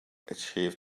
achieved